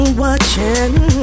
watching